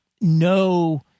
no